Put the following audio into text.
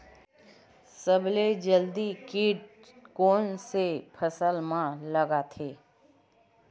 सबले जल्दी कीट कोन से फसल मा लगथे?